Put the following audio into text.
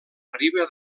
riba